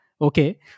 Okay